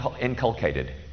inculcated